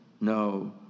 no